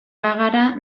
bagara